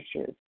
issues